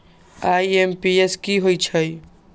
IMPS की होईछइ?